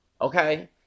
okay